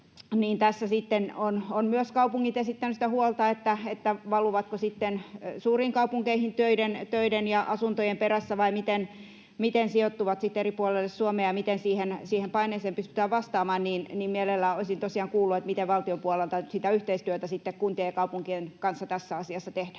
tässä ovat myös kaupungit esittäneet huolta siitä, valuvatko he sitten suuriin kaupunkeihin töiden ja asuntojen perässä vai miten sijoittuvat eri puolille Suomea ja miten siihen paineeseen pystytään vastaamaan. Mielellään olisin tosiaan kuullut, miten valtion puolelta sitä yhteistyötä kuntien ja kaupunkien kanssa tässä asiassa tehdään.